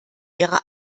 ihre